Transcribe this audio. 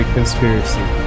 Conspiracy